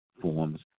forms